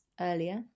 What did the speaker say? earlier